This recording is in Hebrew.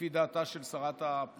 לפי דעתה של שרת הפנים,